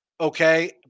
okay